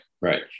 right